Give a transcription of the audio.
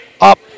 up